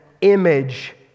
image